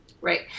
Right